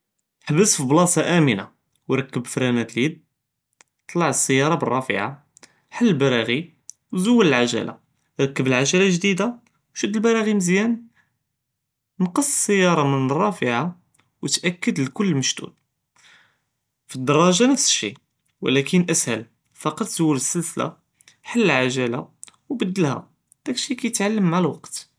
חַבֵּס פבּלָאסָה אָמְנָה וְקַבַּחּ פֶּרְנַאת אלייד, טְלע אלסַיָּארָה בּרָאפַע, זוּל אלבּרַאגִ' זוּל אלעַגְלָה, רַכַּב אלעַגְלָה גְדִידָה וְשַד אלבּרַאגִ' מזְיַאן, נֶקֶס אלסַיָּארָה מן אלרָאפַעָה וְתַאכֵּד כּל מְשַדּוּד, פדּרַאגָה נַפְס שַיְ', וָלַכִּן אַסְהַל, פָּקַט זוּל אלסִנְסֶלָה, חַל אלעַגְלָה וְבַּדֵּלְהָ, דָכּ שַיְ' סאהֵל כִּיתְעַלַּם מַע אלווַקְת.